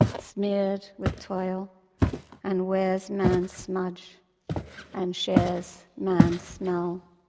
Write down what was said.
smeared with toil and wears man's smudge and shares man's smell.